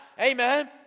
Amen